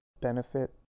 Benefit